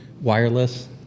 wireless